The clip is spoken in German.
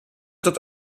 dort